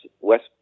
West